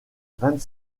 vingt